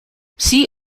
see